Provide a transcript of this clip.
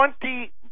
twenty